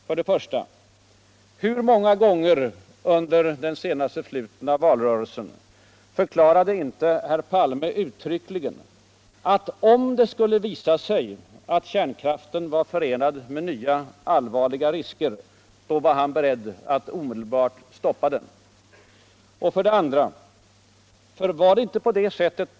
För det första: Hur många gånger under den senast förflutna valrörelsen förklarade inte herr Palme uttryckligen att han, om det skulle visa sig att kärnkraften var förenad med nva allvarliga risker, var beredd att omedelbart stoppa den? : För det andra förklarade riksdagen uttrvckligen.